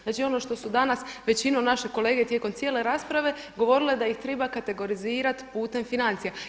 Znači ono što su danas većinom naše kolege tijekom cijele rasprave govorile da ih treba kategorizirati putem financija.